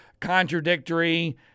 contradictory